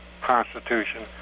Constitution